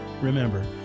Remember